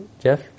Jeff